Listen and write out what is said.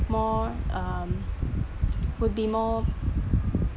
more um would be more